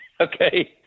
Okay